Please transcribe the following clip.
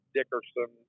Dickerson